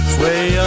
Sway